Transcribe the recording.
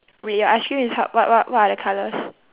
wait your ice cream is ho~ what what what are the colours